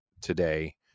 today